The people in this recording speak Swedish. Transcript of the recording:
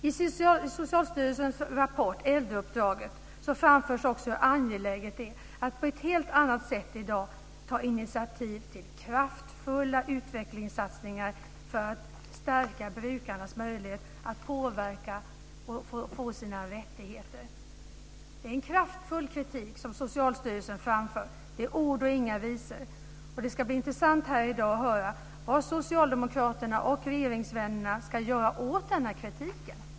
I Socialstyrelsens rapport Äldreuppdraget framförs också hur angeläget det är att på ett helt annat sätt än i dag ta initiativ till kraftfulla utvecklingssatsningar för att stärka brukarnas möjlighet att påverka och få sina rättigheter. Det är en kraftfull kritik som Socialstyrelsen framför - det är ord och inga visor. Det ska bli intressant att här i dag få höra vad Socialdemokraterna och regeringsvännerna ska göra åt denna kritik.